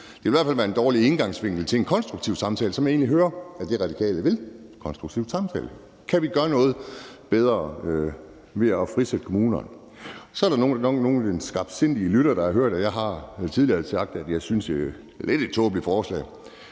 Det ville i hvert fald være en dårlig indgangsvinkel til en konstruktiv samtale, som jeg egentlig hører at De Radikale vil have. De vil gerne have en konstruktiv samtale om, om vi kan gøre noget bedre ved at frisætte kommunerne. Så er der nok nogle skarpsindige tilhørere, der har hørt, at jeg tidligere har sagt, at jeg synes, at det er et lidt tåbeligt forslag.